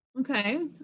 okay